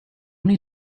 many